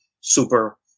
super